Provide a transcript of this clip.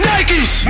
Nikes